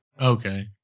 Okay